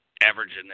averaging